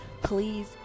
Please